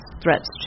threats